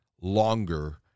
longer